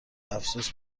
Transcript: افسوس